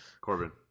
Corbin